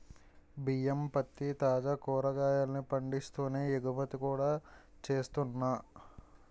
బియ్యం, పత్తి, తాజా కాయగూరల్ని పండిస్తూనే ఎగుమతి కూడా చేస్తున్నా